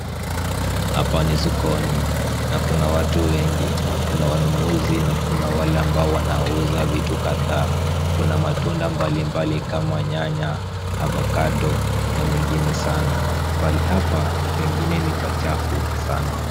Hapa ni sokoni na kuna watu wengi, kuna wanunuzi na kuna wale ambao wanauza vitu kadhaa. Kuna matunda mbalimbali kama nyanya, avocado na mengine sana. Pahali hapa pengine ni pachafu sana.